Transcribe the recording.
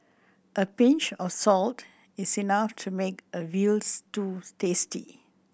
a pinch of salt is enough to make a veal stews tasty